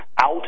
out